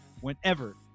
whenever